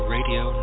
Radio